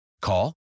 Call